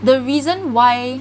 the reason why